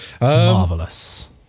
Marvelous